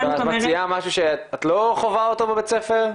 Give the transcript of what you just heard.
את מציעה משהו שאת לא חווה אותו בבית הספר?